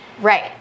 Right